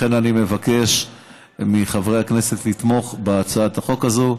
לכן, אני מבקש מחברי הכנסת לתמוך בהצעת החוק הזאת.